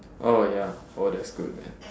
oh ya oh that's good man